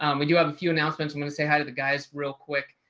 and we do have a few announcements. i'm gonna say hi to the guys real quick.